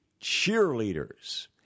cheerleaders